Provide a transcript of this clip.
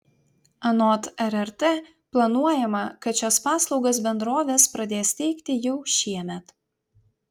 anot rrt planuojama kad šias paslaugas bendrovės pradės teikti jau šiemet